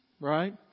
right